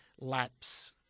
lapse